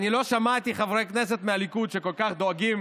אני לא שמעתי חברי כנסת מהליכוד שכל כך דואגים